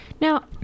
Now